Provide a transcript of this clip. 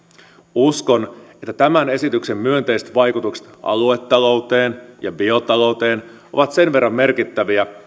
uskon että tämän esityksen myönteiset vaikutukset aluetalouteen ja biotalouteen ovat sen verran merkittäviä